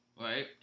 right